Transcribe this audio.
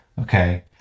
Okay